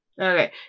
okay